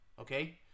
Okay